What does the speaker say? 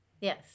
Yes